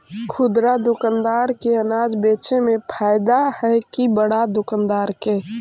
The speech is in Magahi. खुदरा दुकानदार के अनाज बेचे में फायदा हैं कि बड़ा दुकानदार के?